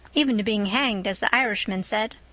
even to being hanged, as the irishman said.